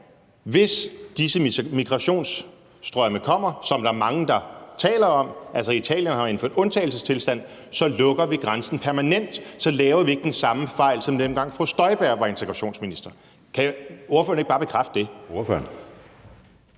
hvis disse migrationsstrømme kommer, som der er mange der taler om – altså, Italien har jo indført undtagelsestilstand – så lukker vi grænsen permanent, så laver vi ikke den samme fejl, som dengang fru Inger Støjberg var integrationsminister. Kan ordføreren ikke bare bekræfte det?